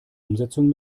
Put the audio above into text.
umsetzung